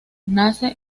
nace